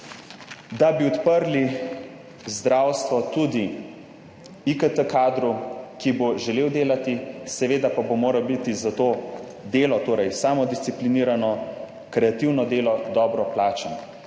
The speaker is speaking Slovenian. da bi odprli zdravstvo tudi IKT kadru, ki bo želel delati, seveda pa bo moral biti za to delo, torej samodisciplinirano, kreativno delo, dobro plačan.